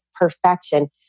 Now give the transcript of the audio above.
perfection